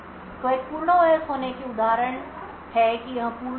तो एक पूर्ण ओएस होने के उदाहरण हैं कि यह पूर्ण होगा